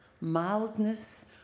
mildness